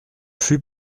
fus